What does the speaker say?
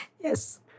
Yes